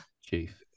Chief